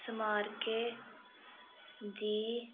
स्मारकें दी